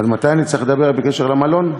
עד מתי אני אצטרך לדבר בקשר למלון?